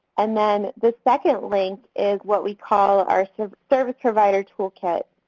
and then the second link is what we call our sort of service provider toolkit.